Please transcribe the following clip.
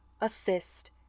assist